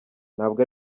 ntabwo